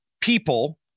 people